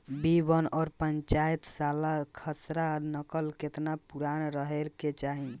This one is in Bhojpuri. बी वन और पांचसाला खसरा नकल केतना पुरान रहे के चाहीं?